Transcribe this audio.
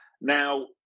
Now